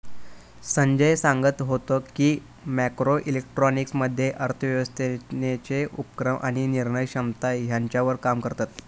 संजय सांगत व्हतो की, मॅक्रो इकॉनॉमिक्स मध्ये अर्थव्यवस्थेचे उपक्रम आणि निर्णय क्षमता ह्यांच्यावर काम करतत